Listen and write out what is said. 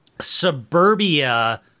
suburbia